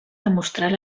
demostrar